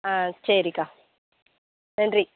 ஆ சரிக்கா நன்றி